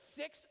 six